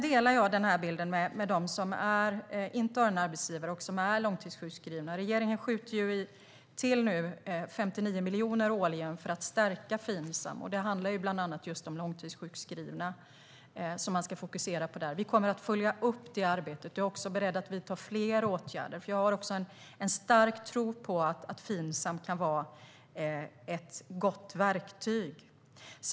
Jag delar bilden av dem som inte har en arbetsgivare och som är långtidssjukskrivna. Regeringen skjuter nu till 59 miljoner årligen för att stärka Finsam. Det handlar bland annat om att fokusera på just långtidssjukskrivna. Vi kommer att följa upp arbetet, och vi är också beredda att vidta fler åtgärder. Jag har en stark tro på att Finsam kan vara ett gott verktyg.